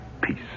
peace